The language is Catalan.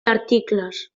articles